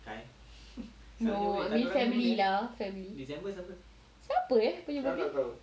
no I mean family lah family siapa eh punya birthday